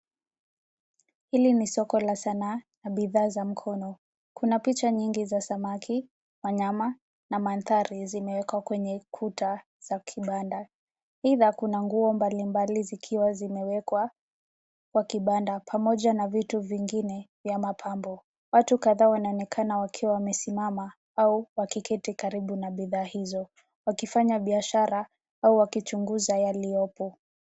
Hili ni soko la sanaa na bidhaa za mikono kuna picha mingi za samaki ,wanyama na mandhari zimewekwa kwenye ukuta za kibada pia kuna nguo mbali mbali zikiwa zimewekwa kwa kibada pamoja na vitu vingine vya mapambo. Watu kadhaa wanaonekana wakiwa wamesimama au wakiketi karibu na bidhaa hizo wakifanya biashara au wakichuguza yaliyopo.